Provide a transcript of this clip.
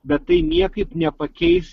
bet tai niekaip nepakeis